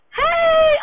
hey